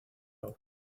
out